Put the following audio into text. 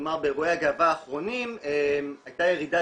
כלומר באירועי הגאווה האחרונים הייתה ירידה